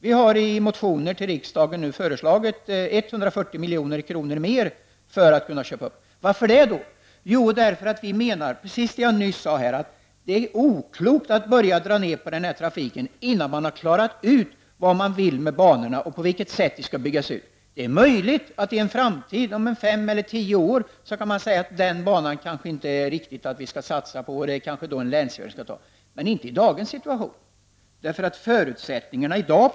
Vi har i motioner till riksdagen nu föreslagit 140 milj.kr. mera för att kunna köpa upp trafik. Varför har vi gjort det? Jo, därför att vi menar, precis som jag nyss sade, att det är oklokt att börja dra ner på trafiken, innan man har klarat ut vad man vill med banorna och på vilket sätt de skall byggas ut. Det är möjligt att vi i en framtid, om 5-10 år, kan säga att det kanske inte är riktigt att satsa på en viss bana utan att transporten skall ske på länsjärnväg. Detta kan man inte säga i dagens situation.